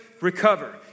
recover